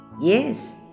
Yes